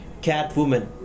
Catwoman